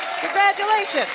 Congratulations